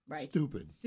stupid